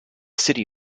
city